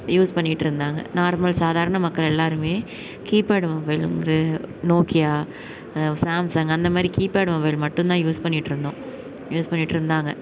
use பண்ணிகிட்டிருந்தாங்க normal சாதாரண மக்கள் எல்லோருமே கீபேடு மொபைல்ங்கிற நோக்கியா சாம்சங் அந்த மாதிரி கீபேடு மொபைல் மட்டும் தான் யூஸ் பண்ணிகிட்டு இருந்தோம் யூஸ் பண்ணிகிட்டிருந்தாங்க